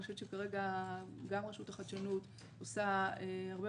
אני חושבת שכרגע גם רשות החדשנות עושה הרבה